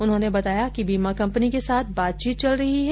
उन्होने बताया कि बीमा कंपनी के साथ बातचीत चल रही है